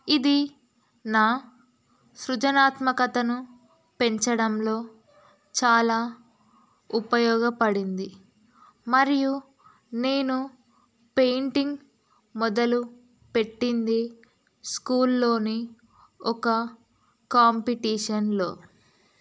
ఇది నా సృజనాత్మకతను పెంచడంలో చాలా ఉపయోగపడింది మరియు నేను పెయింటింగ్ మొదలు పెట్టింది స్కూల్లోని ఒక కాంపిటీషన్లో